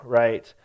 right